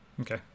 Okay